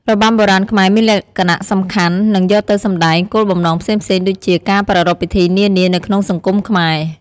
របាំបុរាណខ្មែរមានលក្ខណៈសំខាន់ និង យកទៅសម្តែងគោលបំណងផ្សេងៗ ដូចជា ការប្រារព្ធពិធីនានានៅក្នុងសង្គមខ្មែរ។